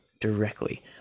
directly